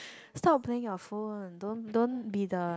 stop playing your phone don't don't be the